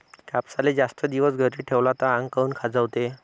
कापसाले जास्त दिवस घरी ठेवला त आंग काऊन खाजवते?